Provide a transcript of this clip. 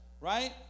right